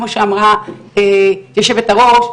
כמו שאמרה יושבת הראש,